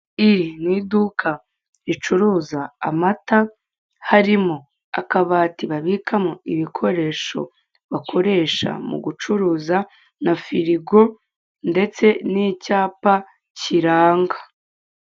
Iri ni iduka ricuruza amata, harimo akabati babikamo ibikoresho bakoresha mu gucuruza, na firigo, ndetse n'icyapa kiranga.